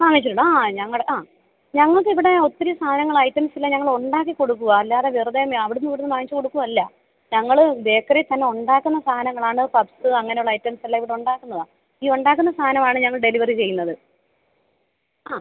വാങ്ങിച്ചിട്ടുണ്ട് ആ ഞങ്ങളുടെ ആ ഞങ്ങൾക്ക് ഇവിടെ ഒത്തിരി സാധനങ്ങൾ ഐറ്റെംസ് എല്ലാം ഞങ്ങൾ ഉണ്ടാക്കി കൊടുക്കുകയാണ് അല്ലാതെ വെറുതെ അവിടെ നിന്നും ഇവിടെ നിന്നും വാങ്ങിച്ചു കൊടുക്കുകയല്ല ഞങ്ങൾ ബേക്കറിയിൽ തന്നെ ഉണ്ടാക്കുന്ന സാധനങ്ങളാണ് പഫ്സ് അങ്ങനെയുള്ള ഐറ്റംസ് എല്ലാം ഇവിടെ ഉണ്ടാക്കുന്നതാണ് ഈ ഉണ്ടാക്കുന്ന സാധനമാണ് ഞങ്ങൾ ഡെലിവറി ചെയ്യുന്നത് ആ